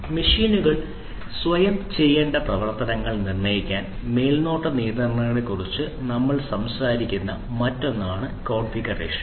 മെഷീനുകൾ സ്വയം ചെയ്യേണ്ട പ്രവർത്തനങ്ങൾ നിർണ്ണയിക്കാൻ മേൽനോട്ട നിയന്ത്രണത്തെക്കുറിച്ച് നമ്മൾ സംസാരിക്കുന്ന മറ്റൊന്നാണ് കോൺഫിഗറേഷൻ